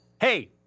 Hey